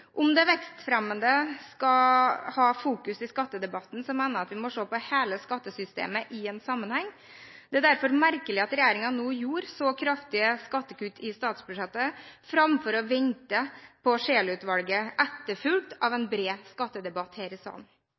Om det vekstfremmende skal ha fokus i skattedebatten, mener jeg at vi må se på hele skattesystemet i sammenheng. Det er derfor merkelig at regjeringen nå gjorde så kraftige skattekutt i statsbudsjettet framfor å vente på Scheel-utvalget, etterfulgt av en bred skattedebatt her i salen.